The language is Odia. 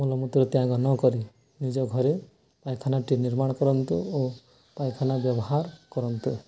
ମଳ ମୂତ୍ର ତ୍ୟାଗ ନ କରି ନିଜ ଘରେ ପାଇଖାନାଟି ନିର୍ମାଣ କରନ୍ତୁ ଓ ପାଇଖାନା ବ୍ୟବହାର କରନ୍ତୁ